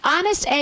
Honest